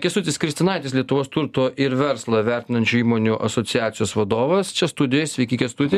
kęstutis kristinaitis lietuvos turto ir verslą vertinančių įmonių asociacijos vadovas čia studijoj sveiki kęstuti